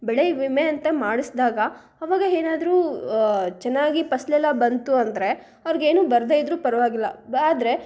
ಬೆಳೆ ವಿಮೆ ಅಂತ ಮಾಡಿಸ್ದಾಗ ಅವಾಗ ಏನಾದ್ರು ಚೆನ್ನಾಗಿ ಫಸ್ಲೆಲ್ಲಾ ಬಂತು ಅಂದರೆ ಅವ್ರಿಗೆ ಏನೂ ಬರದೇ ಇದ್ದರೂ ಪರವಾಗಿಲ್ಲ ಆದರೆ